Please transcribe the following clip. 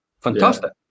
Fantastic